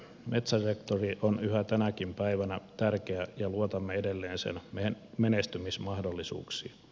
metsäsektori on yhä tänäkin päivänä tärkeä ja luotamme edelleen sen menestymismahdollisuuksiin